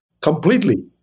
Completely